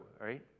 right